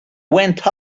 went